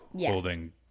holding